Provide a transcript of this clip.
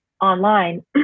online